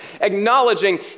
acknowledging